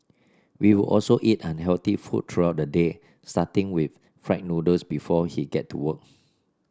we would also eat unhealthy food throughout the day starting with fried noodles before he get to work